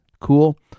cool